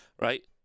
right